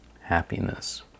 happiness